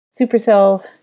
Supercell